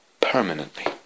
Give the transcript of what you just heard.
permanently